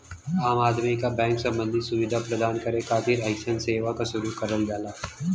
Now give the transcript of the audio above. आम आदमी क बैंक सम्बन्धी सुविधा प्रदान करे खातिर अइसन सेवा क शुरू करल जाला